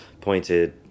pointed